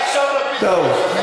אולי עכשיו נפיל את הממשלה.